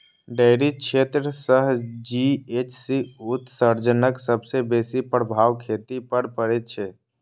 dairy क्षेत्र सं GHC उत्सर्जनक सबसं बेसी प्रभाव खेती पर पड़ै छै